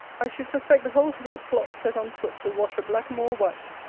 i should suspect the whole to be a plot set on foot to wash a blackamoor white.